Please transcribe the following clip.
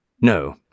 No